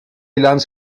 highland